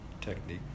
technique